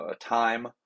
time